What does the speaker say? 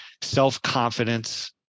self-confidence